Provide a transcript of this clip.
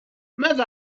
ماذا